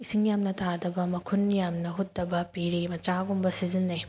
ꯏꯁꯤꯡ ꯌꯥꯝꯅ ꯇꯥꯗꯕ ꯃꯈꯨꯟ ꯌꯥꯝꯅ ꯍꯨꯠꯇꯕ ꯄꯦꯔꯦ ꯃꯆꯥꯒꯨꯝꯕ ꯁꯤꯖꯟꯅꯩ